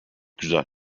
güzel